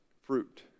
fruit